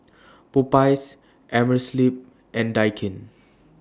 Popeyes Amerisleep and Daikin